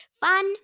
Fun